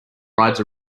rides